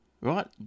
right